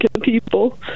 people